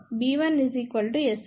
b1 S11a1 S12a2